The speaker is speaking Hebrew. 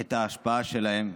את ההשפעה שלהם,